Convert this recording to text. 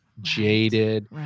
jaded